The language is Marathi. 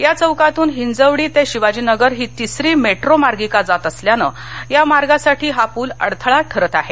या चौकातून हिंजवडी ते शिवाजी नगर ही तीसरी मेट्रो मार्गिका जात असल्याने या मार्गासाठी हा पूल अडथळा ठरत आहे